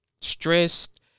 stressed